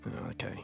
Okay